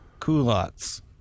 Coolots